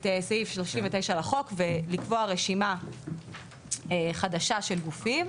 סעיף 39 לחוק ולקבוע רשימה חדשה של גופים,